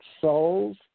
souls